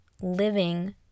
living